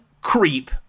creep